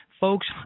Folks